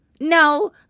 No